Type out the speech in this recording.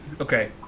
Okay